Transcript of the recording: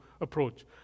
approach